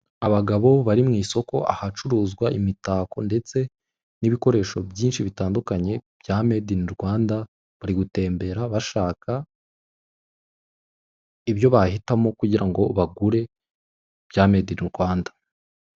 Abagabo bari mu isoko, ahacuruzwa imitako ndetse n'ibikoresho byinshi bitandukanye, bya medi ini Rwanda, bari gutembera bashaka ibyo bahitamo, kugira ngo bagure, bya medi ini Rwanda.